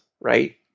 right